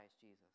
Jesus